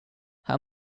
how